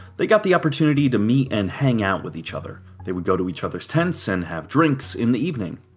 they got the opportunities to meet and hang out with each other. they would go to each others' tent so and have drinks in the evening.